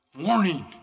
Warning